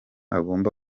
agomba